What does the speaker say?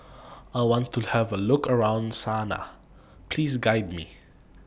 I want to Have A Look around Sanaa Please Guide Me